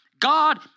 God